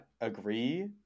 agree